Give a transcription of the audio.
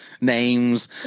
names